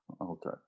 Okay